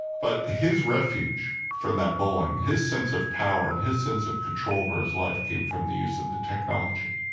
but his refuge from that bullying, his sense of power and his sense of control over his life came from the use of the technology.